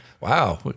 wow